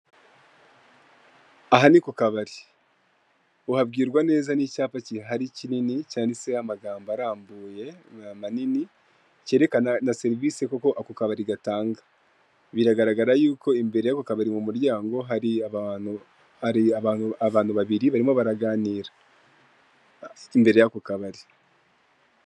Aha ni ku kabari. Uhabwirwa neza n'icyapa gihari kinini cyanditseho amagambo arambuye manini, cyerekana na serivisi koko ako kabari gatanga. Biragaragara y'uko imbere y'ako kabari mu muryango hari abantu babiri barimo baraganirira imbere y'ako kabari.